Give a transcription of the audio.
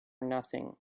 nothing